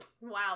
wow